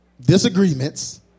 disagreements